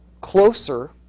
closer